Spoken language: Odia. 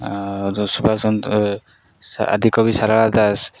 ଆ ଯେଉଁ ସୁଭଷ ଚନ୍ଦ୍ର ଆଦିକବି ସାରଳା ଦାସ